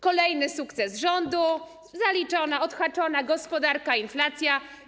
Kolejny sukces rządu, zaliczona, odhaczona gospodarka i inflacja.